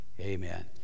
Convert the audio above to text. Amen